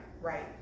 Right